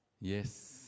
Yes